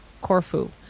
Corfu